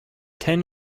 ten